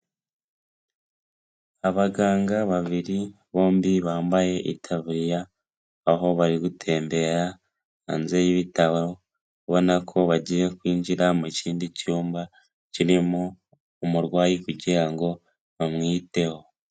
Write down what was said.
Abaganga babiri bombi bambaye itaburiya aho bari gutembera hanze y'ibitaro ubona ko bagiye kwinjira mu kindi cyumba kirimo umurwayi kugira ngo bamwiteho.